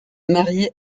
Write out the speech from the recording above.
marié